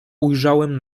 ujrzałem